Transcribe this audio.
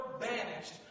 banished